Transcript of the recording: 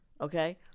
Okay